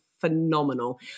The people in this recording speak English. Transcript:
phenomenal